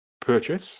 purchase